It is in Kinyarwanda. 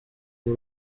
ubu